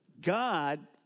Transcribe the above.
God